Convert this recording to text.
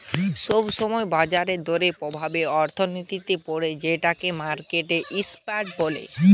সব সময় বাজার দরের প্রভাব অর্থনীতিতে পড়ে যেটোকে মার্কেট ইমপ্যাক্ট বলে